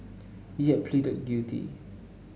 he had pleaded guilty